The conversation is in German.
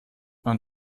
man